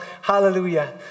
Hallelujah